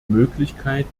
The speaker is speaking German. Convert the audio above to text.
möglichkeit